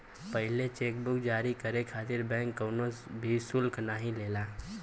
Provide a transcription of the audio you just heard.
पहिला cheque book जारी करे खातिर बैंक कउनो भी शुल्क नाहीं लेला